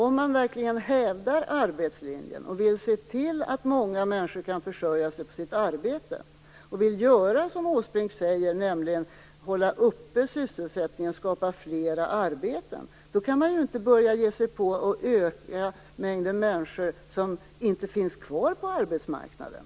Om man verkligen hävdar arbetslinjen, om man vill se till att många människor kan försörja sig på sitt arbete och om man vill göra som Erik Åsbrink säger, nämligen hålla uppe sysselsättningen och skapa fler arbeten, kan man inte öka mängden människor som inte finns kvar på arbetsmarknaden.